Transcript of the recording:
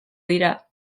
dira